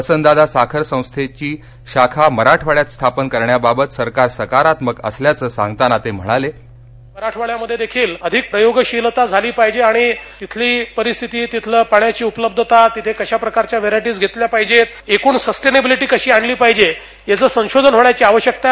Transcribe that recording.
वसंतदादा साखर संस्थेची शाखा मराठवाड्यात स्थापन करण्याबाबत सरकार सकारात्मक असल्याचं सांगताना ते म्हणाले मराठवाडयामध्ये देखील अधिक प्रयोगशीलता झाली पाहिजे आणि तिथली परिस्थिती तिथली पाण्याची उपलब्धता तिथे कशा प्रकारच्या व्हरायटीच घेतल्या पाहिजेत एकूण सस्टेनेबेलिटी कशी आणली पाहिजे याचं संशोधन होण्याची आवश्यकता आहे